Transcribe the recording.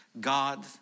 God